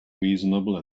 reasonable